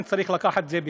צריך להביא את זה בחשבון.